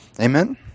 Amen